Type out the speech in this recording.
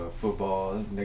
football